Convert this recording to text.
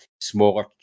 smaller